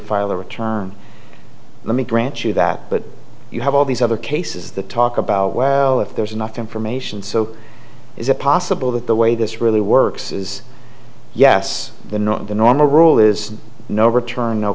file a return let me grant you that but you have all these other cases the talk about well if there's enough information so is it possible that the way this really works is yes the norm the normal rule is no return no